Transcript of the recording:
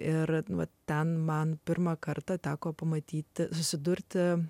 ir nuo ten man pirmą kartą teko pamatyti susidurti